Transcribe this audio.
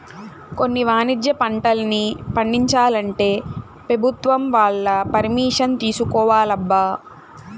కొన్ని వాణిజ్య పంటల్ని పండించాలంటే పెభుత్వం వాళ్ళ పరిమిషన్ తీసుకోవాలబ్బా